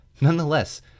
Nonetheless